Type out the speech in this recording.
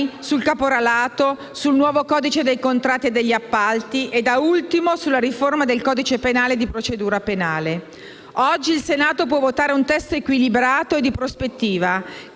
sul caporalato, sul nuovo codice dei contratti e degli appalti, nonché, da ultimo, sulla riforma del codice penale e di procedura penale. Oggi il Senato può votare un testo equilibrato e di prospettiva,